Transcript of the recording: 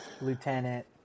lieutenant